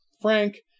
Frank